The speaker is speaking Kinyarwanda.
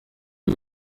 ibi